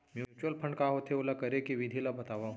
mutual fund का होथे, ओला करे के विधि ला बतावव